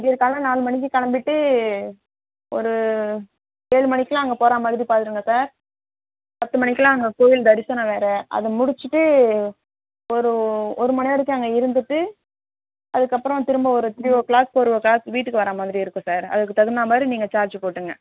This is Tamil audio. விடியற்காலையில நாலு மணிக்கு கிளம்பிட்டு ஒரு ஏழு மணிக்கெலாம் அங்கே போகிற மாதிரி பார்த்துருங்க சார் பத்து மணிக்கெலாம் அங்கே கோவில் தரிசனம் வேற அதை முடிச்சிட்டு ஒரு ஒரு மணிநேரத்து அங்கே இருந்துட்டு அதுக்கப்பறம் திரும்ப ஒரு three o'clock four o'clock வீட்டுக்கு வர மாதிரி இருக்கும் சார் அதுக்கு தகுந்த மாதிரி நீங்கள் சார்ஜ் போட்டுகோங்க